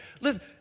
listen